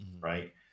Right